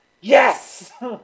yes